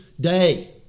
day